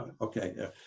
Okay